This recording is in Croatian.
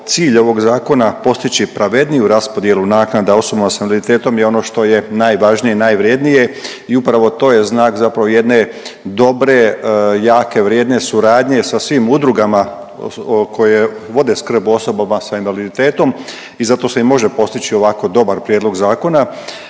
cilj ovog zakona postić je pravedniju raspodjelu naknada osobama s invaliditetom i ono što je najvažnije i najvrijednije i upravo to je znak zapravo jedne dobre, jake, vrijedne suradnje sa svim udrugama koje vode skrb o osobama sa invaliditetom i zato se i može postići ovako dobar prijedlog zakona.